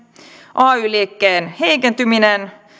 ay liikkeen heikentyminen